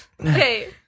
okay